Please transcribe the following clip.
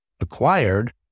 acquired